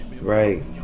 right